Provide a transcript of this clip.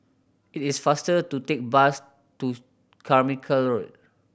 it is faster to take bus to Carmichael Road